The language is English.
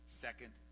second